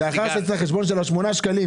לאחר החשבון של השמונה שקלים.